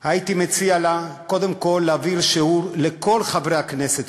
הייתי מציע לה קודם כול להעביר שיעור לכל חברי הכנסת,